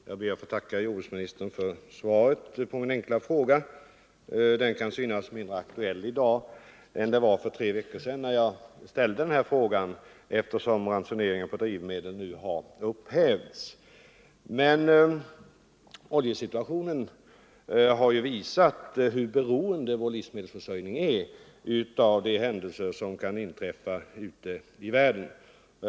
Herr talman! Jag ber att få tacka jordbruksministern för svaret på min enkla fråga. Denna kan synas mindre aktuell i dag än den var för tre veckor sedan, när jag ställde den, eftersom ransoneringen på drivmedel nu har upphävts. Men oljesituationen har ju visat hur beroende vår livsmedelsförsörjning är av de händelser som kan inträffa ute i världen.